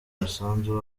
umusanzu